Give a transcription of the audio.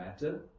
Matter